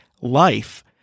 life